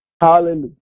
Hallelujah